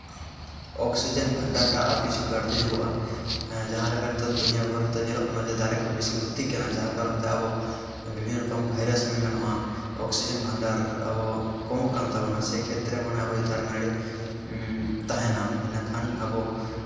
oxygen ᱵᱷᱟᱱᱰᱟᱨᱴᱟᱜ ᱟᱨ ᱠᱤᱪᱷᱩ ᱵᱟᱹᱲᱛᱤ ᱧᱚᱜᱚᱜᱼᱟ ᱡᱟᱦᱟᱸᱞᱮᱠᱟ ᱱᱤᱛᱳᱜ ᱫᱩᱱᱭᱟᱹ ᱵᱷᱳᱨ ᱱᱤᱛᱳᱜ ᱧᱮᱞᱚᱜ ᱠᱟᱱᱟ ᱡᱮ ᱫᱟᱨᱮ ᱠᱚ ᱵᱤᱥᱤ ᱠᱷᱩᱛᱤᱜ ᱠᱟᱱᱟ ᱡᱟᱦᱟᱸ ᱠᱟᱨᱚᱱ ᱛᱮ ᱟᱵᱚ ᱵᱤᱵᱷᱤᱱᱱᱚ ᱨᱚᱠᱚᱢ ᱵᱷᱟᱭᱨᱟᱥ ᱢᱮᱱ ᱜᱟᱱᱚᱜᱼᱟ ᱚᱠᱥᱤᱡᱮᱱ ᱵᱷᱟᱱᱰᱟᱨ ᱟᱵᱚ ᱠᱚᱢᱚᱜ ᱠᱟᱱ ᱛᱟᱵᱚᱱᱟ ᱥᱮ ᱠᱷᱮᱛᱨᱮ ᱢᱟᱱᱮ ᱟᱵᱚ ᱡᱩᱫᱤ ᱫᱟᱨᱮ ᱱᱟᱲᱤ ᱛᱟᱦᱮᱱᱟ ᱤᱱᱟᱹ ᱠᱷᱟᱱ ᱟᱵᱚ